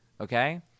Okay